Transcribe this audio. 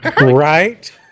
right